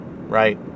Right